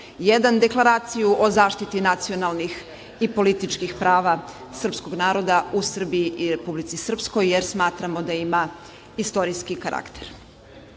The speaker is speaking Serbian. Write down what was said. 1. deklaraciju o zaštiti nacionalnih i političkih prava srpskog naroda u Srbiji i Republici Srpskoj jer smatramo da ima istorijski karakter. Imala